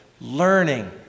learning